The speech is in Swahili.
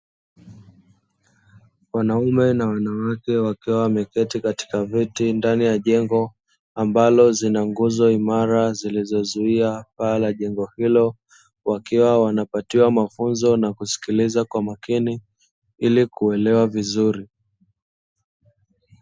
Wanaume na wanawake, wakiwa wameketi katika viti ndani ya jengo ambalo lina nguzo imara zilizozuia paa la jengo hilo. Wakiwa wanapatiwa mafunzo na kusikiliza kwa makini ili kuelewa vizuri.